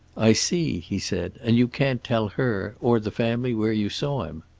i see, he said. and you can't tell her, or the family, where you saw him!